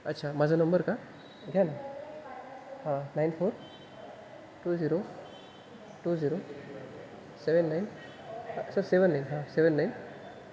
अच्छा माझा नंबर का घ्या ना हा nine four two zero two zero seven nine sir seven nine हां सेवन नाईन